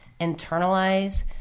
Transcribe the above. internalize